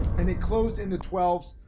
and they closed in the twelves.